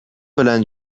белән